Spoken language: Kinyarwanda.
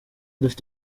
dufite